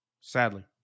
sadly